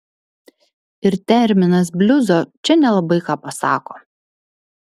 ir terminas bliuzo čia nelabai ką pasako